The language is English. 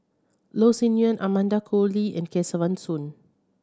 Loh Sin Yun Amanda Koe Lee and Kesavan Soon